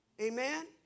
Amen